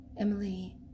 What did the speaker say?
Emily